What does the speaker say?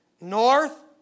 north